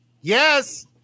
Yes